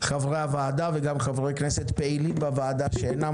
חברי הוועדה וחברי כנסת פעילים בוועדה שאינם